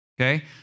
okay